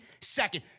second